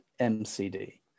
MCD